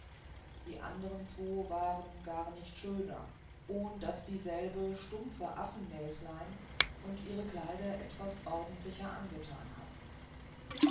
die andere zwo waren gar nicht schöner ohn daß dieselbe stumpfe affennäslein und ihre kleider etwas ordentlicher angetan hatten